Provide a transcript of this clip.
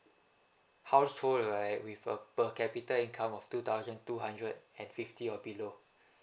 household like with a per capita income of two thousand two hundred and fifty or below